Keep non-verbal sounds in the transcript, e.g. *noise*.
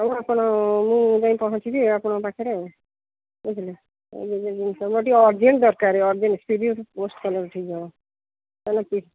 ହେଉ ଆପଣ ମୁଁ ଯାଇ ପହଞ୍ଚିବି ଆପଣଙ୍କ ପାଖରେ ଆଉ ବୁଝିଲେ *unintelligible* ମୋର ଟିକେ ଅର୍ଜେଣ୍ଟ୍ ଦରକାର ଅର୍ଜେଣ୍ଟ୍ ସ୍ପିଡ଼୍ ପୋଷ୍ଟ୍ କଲେ ଠିକ୍ ହେବ ହେଲା କି